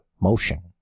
motion